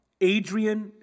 Adrian